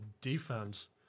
defense